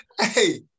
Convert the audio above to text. Hey